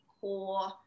core